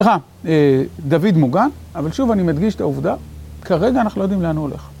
דוד מוגן, אבל שוב אני מדגיש את העובדה, כרגע אנחנו לא יודעים לאן הוא הולך.